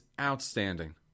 outstanding